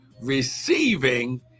receiving